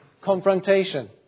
confrontation